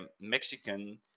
Mexican